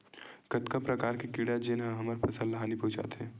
कतका प्रकार के कीड़ा जेन ह हमर फसल ल हानि पहुंचाथे?